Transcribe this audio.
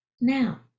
now